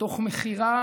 ותוך מכירה